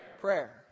prayer